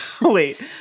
Wait